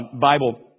Bible